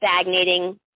stagnating